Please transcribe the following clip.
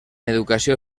educació